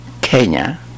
Kenya